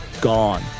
gone